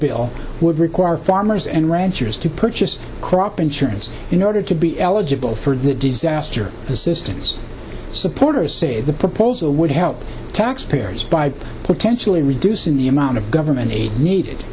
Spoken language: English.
bill would require farmers and ranchers to purchase crop insurance in order to be eligible for the disaster assistance supporters say the proposal would help taxpayers by potentially reducing the amount of government aid needed